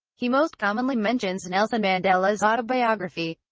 he most commonly mentions nelson mandela's autobiography,